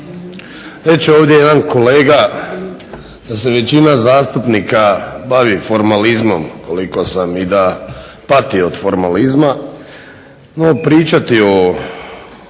Reče ovdje jedan kolega da se većina zastupnika bavi formalizam i da pati od formalizma, no pričati o